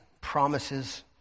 promises